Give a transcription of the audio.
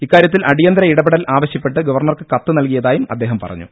ഇക്കാര്യത്തിൽ അടിയന്തര ഇടപെടൽ ആവശ്യപ്പെട്ട് ഗവർണർക്ക് കത്ത് നൽകിയതായും അദ്ദേഹം പറഞ്ഞു